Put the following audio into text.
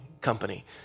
Company